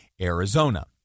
Arizona